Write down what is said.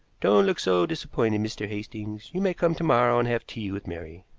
don't look so disappointed, mr. hastings. you may come to-morrow and have tea with mary.